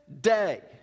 day